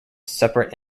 separate